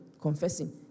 confessing